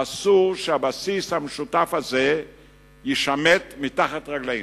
אסור שהבסיס המשותף הזה יישמט מתחת רגלינו,